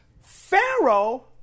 Pharaoh